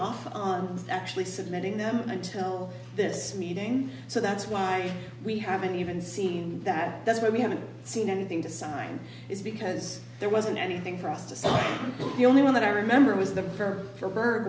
off on actually submitting them until this meeting so that's why we haven't even seen that that's why we haven't seen anything to something it's because there wasn't anything for us to start with the only one that i remember was the for for burd